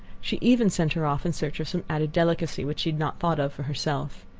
she even sent her off in search of some added delicacy which she had not thought of for herself.